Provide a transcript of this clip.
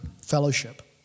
fellowship